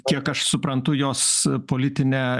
kiek aš suprantu jos politinę